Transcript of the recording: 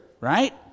right